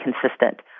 consistent